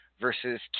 versus